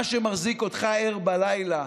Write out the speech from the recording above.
מה שמחזיק אותך ער בלילה